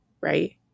right